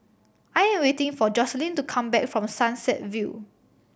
I'm waiting for Joselyn to come back from Sunset View